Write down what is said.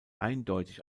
eindeutig